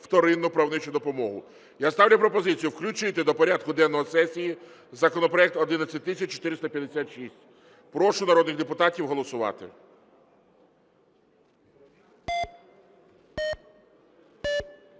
Я ставлю пропозицію включити до порядку денного сесії законопроект 11456. Прошу народних депутатів голосувати.